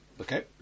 Okay